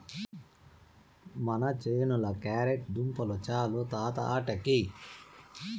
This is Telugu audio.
మన చేనుల క్యారెట్ దుంపలు చాలు తాత ఆటికి